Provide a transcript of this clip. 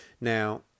now